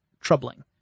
troubling